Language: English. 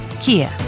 Kia